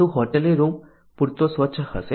શું હોટેલનો રૂમ પૂરતો સ્વચ્છ હશે